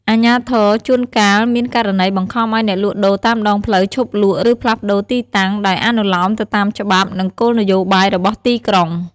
អាជ្ញាធរជួនកាលមានករណីបង្ខំឲ្យអ្នកលក់ដូរតាមដងផ្លូវឈប់លក់ ឬផ្លាស់ប្តូរទីតាំង ដោយអនុលោមទៅតាមច្បាប់ និងគោលនយោបាយរបស់ទីក្រុង។